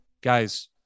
Guys